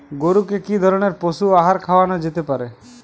গরু কে কি ধরনের পশু আহার খাওয়ানো যেতে পারে?